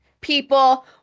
people